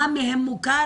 מה מהם מוכר?